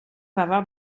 faveur